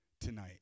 tonight